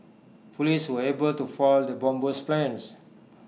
Police were able to foil the bomber's plans